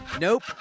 Nope